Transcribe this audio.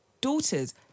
daughters